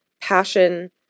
passion